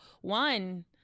One